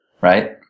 right